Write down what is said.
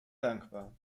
dankbar